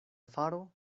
faro